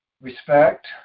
respect